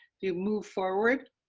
you move forward,